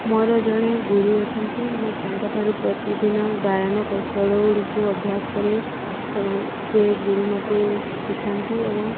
ମୋର ଜଣେ ଗୁରୁ ଅଛନ୍ତି ମୁଁ ତାଙ୍କଠାରୁ ପ୍ରତିଦିନ ଗାୟନ କୌଶଳଗୁଡ଼ିକୁ ଅଭ୍ୟାସ କରେ ସେମାନେ ସେ ଗୁରୁ ମୋତେ ଶିଖାନ୍ତି ଏବଂ